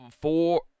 four